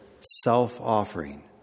self-offering